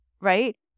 right